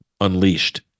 unleashed